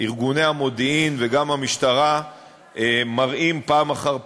ארגוני המודיעין וגם המשטרה מראים פעם אחר פעם,